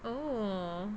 oh